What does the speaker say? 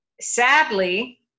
sadly